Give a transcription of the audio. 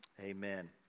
Amen